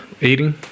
eating